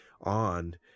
on